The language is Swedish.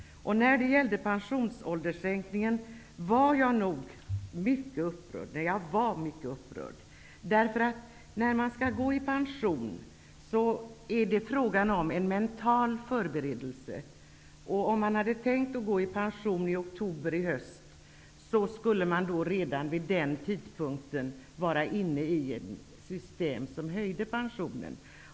Jag var mycket upprörd över sänkningen av pensionsåldern. Det är nämligen fråga om en mental förberedelse när man skall gå i pension. Om man hade tänkt att gå i pension i oktober i höst skulle man redan vid den tidpunkten vara inne i ett system som höjde pensionen.